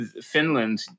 Finland